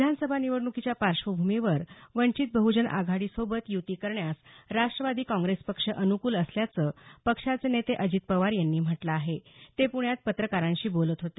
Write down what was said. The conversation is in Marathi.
विधानसभा निवडणुकीच्या पार्श्वभूमीवर वंचित बह्जन आघाडीसोबत युती करण्यास राष्ट्रवादी काँग्रेस पक्ष अनुकूल असल्याचं पक्षाचे नेते अजित पवार यांनी म्हटलं आहे ते प्रण्यात पत्रकारांशी बोलत होते